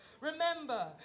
Remember